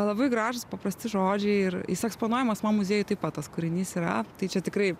labai gražūs paprasti žodžiai ir jis eksponuojamas mo muziejuj taip pat tas kūrinys yra tai čia tikrai